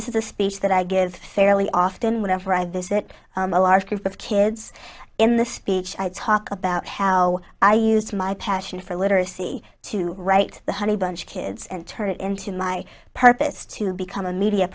this is a speech that i give fairly often whenever i visit a large group of kids in the speech i talk about how i use my passion for literacy to write the honeybunch kids and turn it into my purpose to become a media